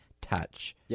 touch